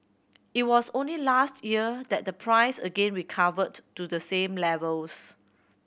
it was only last year that the price again recovered to the same levels